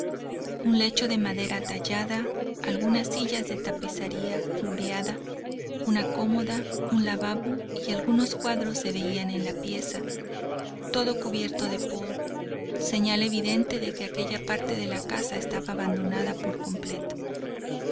un lecho de madera tallada algunas sillas de tapicería floreada una cómoda un lavabo y algunos cuadros se veían en la pieza todo cubierto de polvo señal evidente de que aquella parte de la casa estaba abandonada por completo